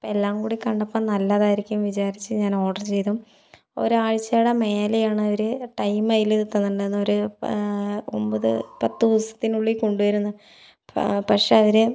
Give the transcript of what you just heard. അപ്പം എല്ലാം കൂടി കണ്ടപ്പോൾ നല്ലതായിരിക്കും വിചാരിച്ച് ഞാൻ ഓർഡർ ചെയ്തു ഒരാഴ്ചയുടെ മേലെയാണവര് ടൈം അതില് തന്നിട്ടുണ്ടായിരുന്നു ഒരു ഒൻപത് പത്ത് ദിവസത്തിനുള്ളിൽ കൊണ്ടുവരുന്നു പക്ഷെ അവര്